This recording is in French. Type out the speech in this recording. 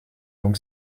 donc